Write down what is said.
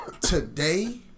Today